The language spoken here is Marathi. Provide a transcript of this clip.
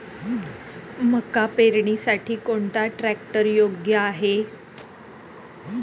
मका पेरणीसाठी कोणता ट्रॅक्टर योग्य आहे?